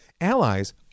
Allies